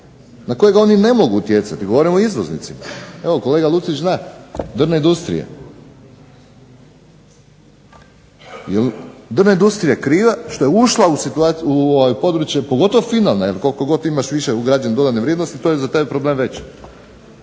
na kojega oni ne mogu utjecati. Govorim o izvoznicima. Evo kolega Lucić zna, drvna industrija, jel drvna industrija kriva što je ušla u područje pogotovo finalne, jer koliko god imaš više ugrađen dodatne vrijednosti to je za tebe problem veći.